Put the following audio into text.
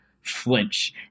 flinch